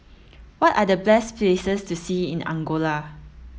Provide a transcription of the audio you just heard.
what are the best places to see in Angola